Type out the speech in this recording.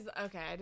Okay